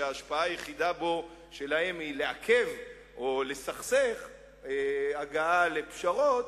שההשפעה היחידה שלהם בו היא לעכב הגעה לפשרות,